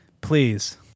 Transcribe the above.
Please